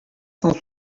cent